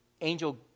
angel